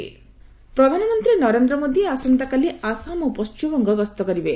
PM visit ପ୍ରଧାନମନ୍ତ୍ରୀ ନରେନ୍ଦ୍ର ମୋଦୀ ଆସନ୍ତାକାଲି ଆସାମ ଓ ପଣ୍ଟିମବଙ୍ଗ ଗସ୍ତ କରିବେ